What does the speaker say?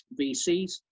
VCs